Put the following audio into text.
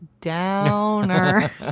downer